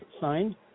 Signed